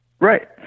Right